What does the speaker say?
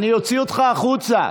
אני אוציא אותך החוצה.